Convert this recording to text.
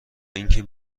اینکه